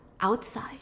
outside